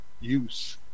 use